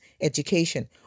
education